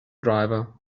driver